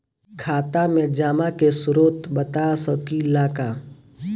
खाता में जमा के स्रोत बता सकी ला का?